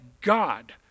God